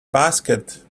basket